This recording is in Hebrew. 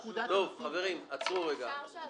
חברים, עצרו רגע.